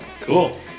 Cool